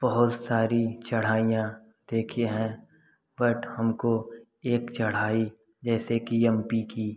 बहुत सारी चढ़ाइयाँ देखे हैं बट हमको एक चढ़ाई जैसे कि इ एम पी की